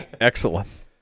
Excellent